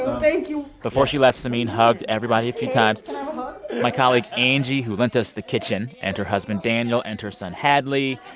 thank you before she left, samin hugged everybody a few times um um ah my colleague angie, who lent us the kitchen, and her husband daniel and her son hadley.